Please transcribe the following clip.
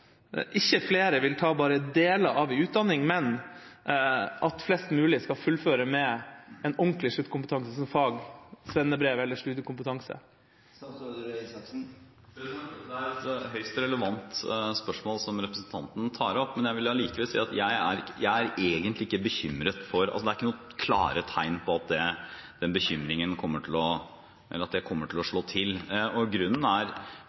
ikke gir en skikkelig sluttkompetanse. Jeg lurer på hva statsråden vil gjøre for å sikre at ikke flere vil ta bare deler av en utdanning, men at flest mulig skal fullføre, med en ordentlig sluttkompetanse som fagbrev, svennebrev eller studiekompetanse. Det er et høyst relevant spørsmål som representanten tar opp. Jeg vil allikevel si at jeg er egentlig ikke bekymret, for det er ikke noen klare tegn på at det kommer til å slå til. Grunnen er